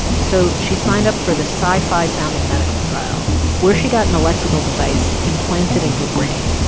so she signed up for this sci-fi-sounding medical trial where she got an electrical device implanted in her brain.